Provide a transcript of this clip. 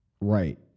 Right